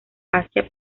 asia